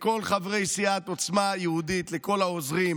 לכל חברי סיעת עוצמה יהודית, לכל העוזרים,